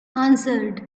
answered